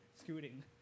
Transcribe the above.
Scooting